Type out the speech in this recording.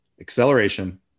acceleration